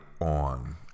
on